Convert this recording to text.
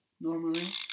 normally